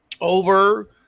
over